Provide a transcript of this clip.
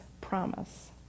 promise